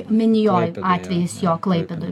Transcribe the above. minijoj atvejis jo klaipėdoj